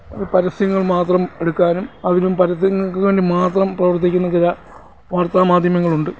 ഈ പരസ്യങ്ങൾ മാത്രം എടുക്കാനും അതിനും പരസ്യങ്ങൾക്കുവേണ്ടി മാത്രം പ്രവർത്തിക്കുന്ന ചില വാർത്താമാധ്യമങ്ങളുണ്ട്